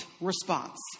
response